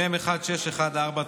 מ/1614,